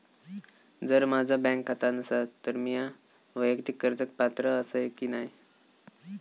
जर माझा बँक खाता नसात तर मीया वैयक्तिक कर्जाक पात्र आसय की नाय?